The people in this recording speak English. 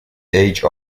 age